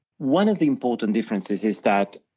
one of the important differences is that,